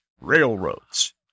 railroads